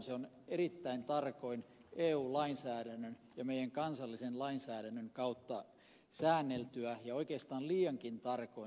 se on erittäin tarkoin eu lainsäädännön ja meidän kansallisen lainsäädäntömme kautta säänneltyä ja oikeastaan liiankin tarkoin